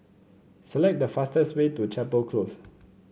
select the fastest way to Chapel Close